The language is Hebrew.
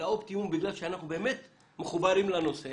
לאופטימום בגלל שאנחנו באמת מחוברים לנושא